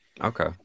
Okay